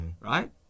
right